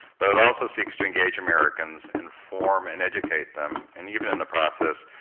but it also seeks to engage americans, inform, and educate them, and even in the process,